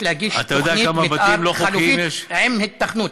להגיש תוכנית מתאר חלופית עם היתכנות.